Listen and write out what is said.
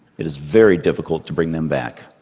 it is very difficult to bring them back.